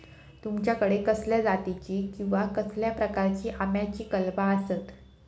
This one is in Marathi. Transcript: तुमच्याकडे कसल्या जातीची किवा कसल्या प्रकाराची आम्याची कलमा आसत?